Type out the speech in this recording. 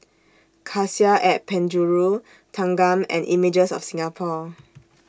Cassia At Penjuru Thanggam and Images of Singapore